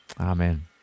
Amen